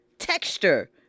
texture